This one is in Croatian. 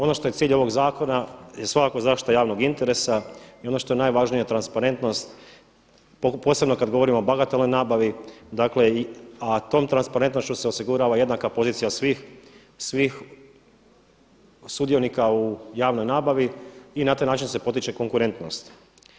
Ono što je cilj ovog zakona je svakako zaštita javnog interesa i ono što je najvažnije transparentnost posebno kad govorimo o bagatelnoj nabavi dakle a tom transparentnošću se osigurava jednaka pozicija svih sudionika u javnoj nabavi i na taj način se potiče konkurentnost.